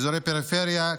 אזורי פריפריה,